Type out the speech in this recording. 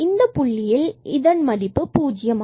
இந்த 00 புள்ளியில் இதன் மதிப்பு பூஜ்யம்